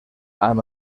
amb